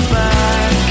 back